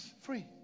Free